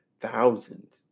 thousands